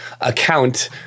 account